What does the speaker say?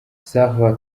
salva